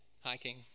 hiking